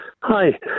Hi